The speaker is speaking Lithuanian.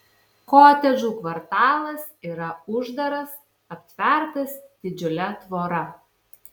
kotedžų kvartalas yra uždaras aptvertas didžiule tvora